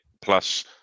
plus